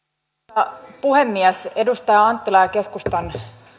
arvoisa puhemies edustaja anttila ja keskustan